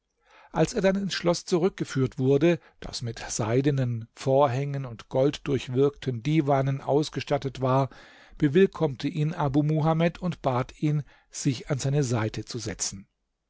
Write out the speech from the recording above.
als er dann ins schloß zurückgeführt wurde das mit seidenen vorhängen und golddurchwirkten divanen ausgestattet war bewillkommte ihn abu muhamed und bat ihn sich an seine seite zu setzen